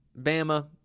Bama